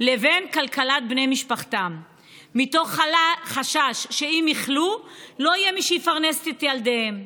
לבין כלכלת בני משפחתם מתוך חשש שאם יחלו לא יהיה מי שיפרנס את ילדיהם.